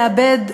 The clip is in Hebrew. לאבד,